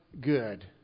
good